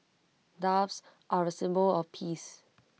doves are A symbol of peace